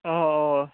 অঁ অঁ